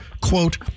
quote